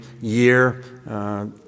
year